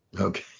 Okay